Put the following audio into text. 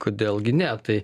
kodėl gi ne tai